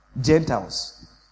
Gentiles